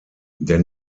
der